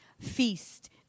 feast